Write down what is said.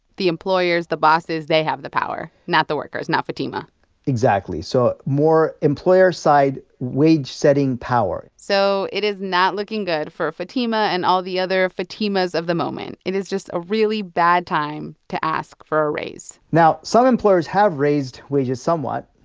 the employers, the bosses they have the power not the workers, not fatima exactly, so more employer-side wage-setting power so it is not looking good for fatima and all the other fatimas of the moment. it is just a really bad time to ask for a raise now, some employers have raised wages somewhat,